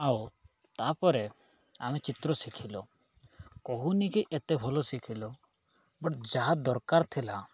ଆଉ ତାପରେ ଆମେ ଚିତ୍ର ଶିଖିଲୁ କହୁନି କିି ଏତେ ଭଲ ଶିଖିଲୁ ବଟ୍ ଯାହା ଦରକାର ଥିଲା